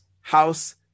house